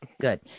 Good